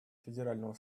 федерального